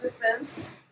defense